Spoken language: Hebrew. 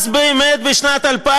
אז באמת בשנת 2000